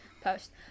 post